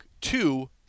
two